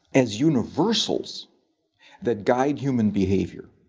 as universals that guide human behavior,